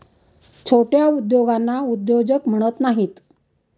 छोट्या उद्योगांना उद्योजक म्हणत नाहीत